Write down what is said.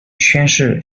宣誓